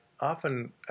often